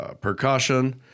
percussion